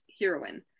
heroine